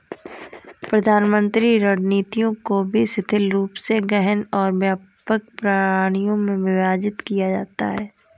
प्रबंधन रणनीतियों को भी शिथिल रूप से गहन और व्यापक प्रणालियों में विभाजित किया जाता है